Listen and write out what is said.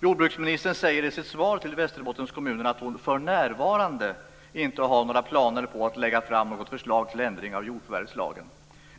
Jordbruksministern säger i sitt svar till Västerbottenskommunerna att hon för närvarande inte har några planer på att lägga fram något förslag till ändring av jordförvärvslagen.